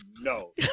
no